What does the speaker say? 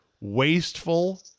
wasteful